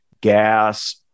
gas